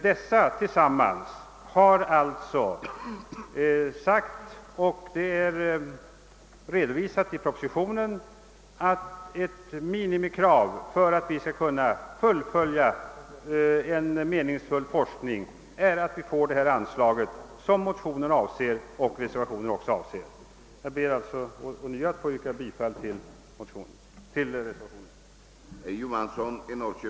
Dessa har alltså uttalat, vilket är redovisat i propositionen, att ett minimikrav för att rådet skall kunna fullfölja en meningsfylld forskning är att det får det anslag som begärs i motionerna och även i reservationen. Jag ber ånyo att få yrka bifall till reservationen 2.